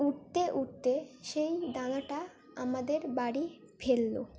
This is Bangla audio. উড়তে উড়তে সেই দাঙাটা আমাদের বাড়ি ফেললো